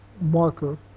marker